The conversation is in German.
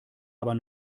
aber